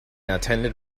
attended